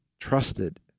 trusted